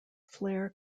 flair